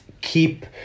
keep